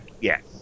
Yes